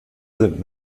sind